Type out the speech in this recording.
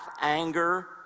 anger